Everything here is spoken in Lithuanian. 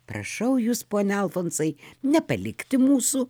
prašau jus pone alfonsai nepalikti mūsų